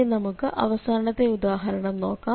ഇനി നമുക്ക് അവസാനത്തെ ഉദാഹരണം നോക്കാം